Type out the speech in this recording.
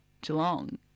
Geelong